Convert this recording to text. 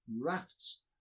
rafts